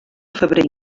febrer